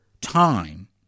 time